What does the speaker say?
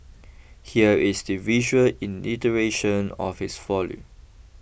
here is the visual of his folly